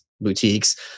boutiques